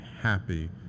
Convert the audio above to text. happy